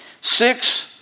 six